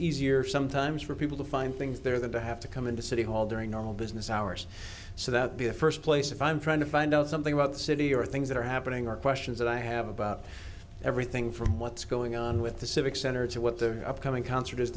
easier sometimes for people to find things there than to have to come into city hall during normal business hours so that be a first place if i'm trying to find out something about the city or things that are happening or questions that i have about everything from what's going on with the civic center to what the upcoming con